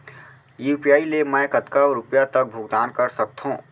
UPI ले मैं कतका रुपिया तक भुगतान कर सकथों